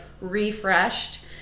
refreshed